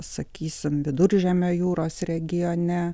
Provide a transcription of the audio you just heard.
sakysim viduržemio jūros regione